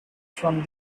from